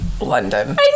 London